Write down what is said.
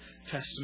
Testament